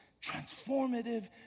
transformative